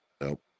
Nope